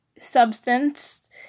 substance